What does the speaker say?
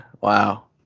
Wow